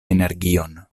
energion